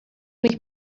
mich